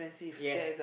yes